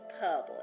public